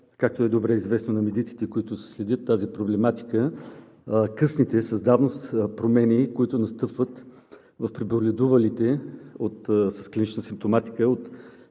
както е добре известно на медиците, които следят тази проблематика, късните с давност промени, които настъпват в преболедувалите с клинична симптоматика